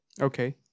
Okay